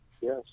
Yes